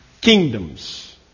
kingdoms